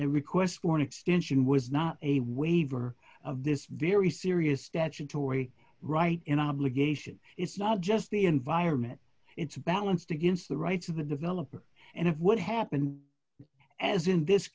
the request for an extension was not a waiver of this very serious statutory right in obligation it's not just the environment it's balanced against the rights of the developer and if what happened as in this